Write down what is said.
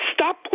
Stop